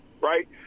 right